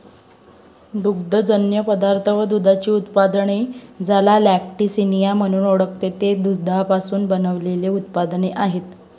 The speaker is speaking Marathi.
दुग्धजन्य पदार्थ व दुधाची उत्पादने, ज्याला लॅक्टिसिनिया म्हणून ओळखते, ते दुधापासून बनविलेले उत्पादने आहेत